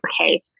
okay